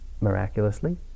miraculously